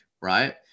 right